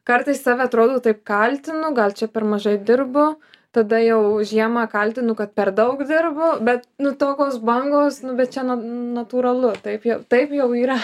kartais save atrodo taip kaltinu gal čia per mažai dirbu tada jau žiemą kaltinu kad per daug dirbu bet nu tokios bangos nu bet čia natūralu taip jau taip jau yra